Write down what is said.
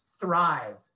thrive